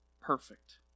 perfect